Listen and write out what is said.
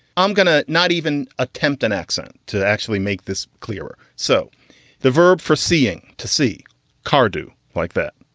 i'm going to not even attempt an accent to actually make this clearer so the verb for seeing to see car do like that.